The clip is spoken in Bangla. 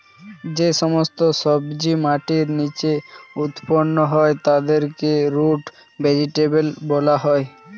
যে সমস্ত সবজি মাটির নিচে উৎপন্ন হয় তাদেরকে রুট ভেজিটেবল বলা হয়